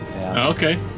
Okay